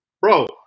bro